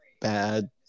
bad